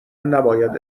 نباید